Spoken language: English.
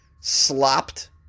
slopped